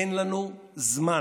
אין לנו זמן.